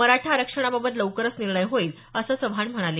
मराठा आरक्षणाबाबत लवकरच निर्णय होईल असं चव्हाण म्हणाले